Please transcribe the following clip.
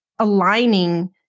aligning